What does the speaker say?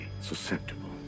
susceptible